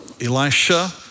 Elisha